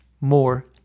more